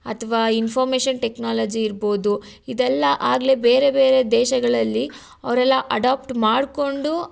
ಅಥ್ವಾ information technology ಇರ್ಬೋದು ಇದೆಲ್ಲ ಆಗಲೇ ಬೇರೆ ಬೇರೆ ದೇಶಗಳಲ್ಲಿ ಅವರೆಲ್ಲಾ ಅಡಾಪ್ಟ್ ಮಾಡಿಕೊಂಡು